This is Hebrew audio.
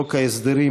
חוק ההסדרים,